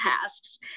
tasks